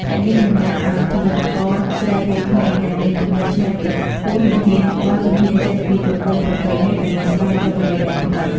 អ្នកនាងតំណាងឱ្យផលិតករស្រីវ័យក្មេង ដែលមានគំនិតច្នៃប្រឌិតខ្ពស់ និងហ៊ានបោះជំហានចេញពីទម្រង់ប្រពៃណី ដើម្បីស្វែងរកអ្វីដែលថ្មី។